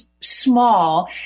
small